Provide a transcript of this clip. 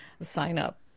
sign-up